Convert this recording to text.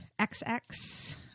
XX